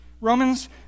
Romans